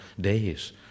days